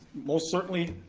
most certainly,